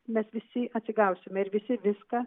mes visi atsigausime ir visi viską